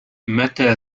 متى